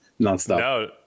nonstop